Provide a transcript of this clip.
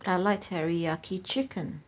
I like teriyaki chicken